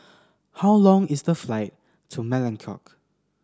how long is the flight to Melekeok